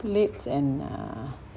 plates and err